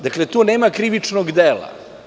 Dakle, tu nema krivičnog dela.